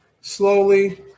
slowly